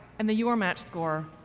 and the your match score,